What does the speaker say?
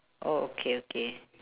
oh okay okay